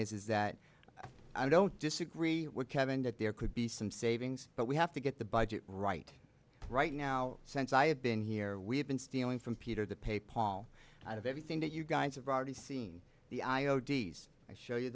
is that i don't disagree with kevin that there could be some savings but we have to get the budget right right now since i have been here we have been stealing from peter to pay paul out of everything that you guys have already seen the i